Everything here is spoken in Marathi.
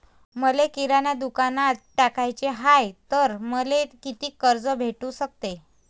मले किराणा दुकानात टाकाचे हाय तर मले कितीक कर्ज भेटू सकते?